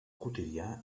quotidià